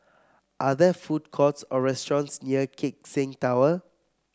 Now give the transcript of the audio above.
are there food courts or restaurants near Keck Seng Tower